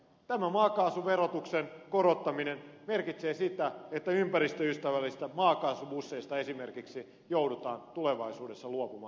tämä maakaasuverotuksen korottaminen merkitsee sitä että ympäristöystävällisistä maakaasubusseista esimerkiksi joudutaan tulevaisuudessa luopumaan